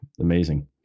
Amazing